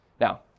Now